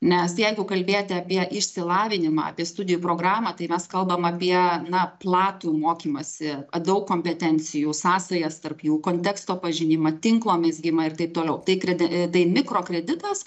nes jeigu kalbėti apie išsilavinimą apie studijų programą tai mes kalbam apie na platų mokymąsi daug kompetencijų sąsajas tarp jų konteksto pažinimą tinklo mezgimą ir taip toliau tai kredi tai mikrokreditas